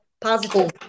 positive